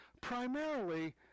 Primarily